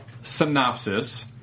synopsis